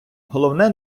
головне